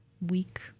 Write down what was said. week